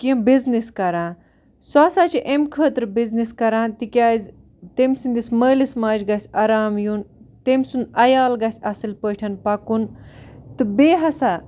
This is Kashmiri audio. کینٛہہ بِزنِس کَران سُہ ہَسا چھِ اَمہِ خٲطرٕ بِزنِس کَران تِکیٛازِ تٔمۍ سٕنٛدِس مٲلِس ماجہِ گژھِ آرام یُن تٔمۍ سُنٛد عیال گژھِ اَصٕل پٲٹھۍ پَکُن تہٕ بیٚیہِ ہَسا